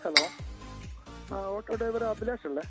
hello ആ auto driver Abhilash അല്ലേ